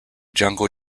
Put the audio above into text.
jungle